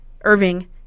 Irving